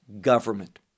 government